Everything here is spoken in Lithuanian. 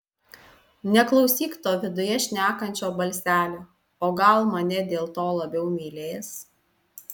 neklausyk to viduje šnekančio balselio o gal mane dėl to labiau mylės